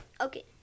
Okay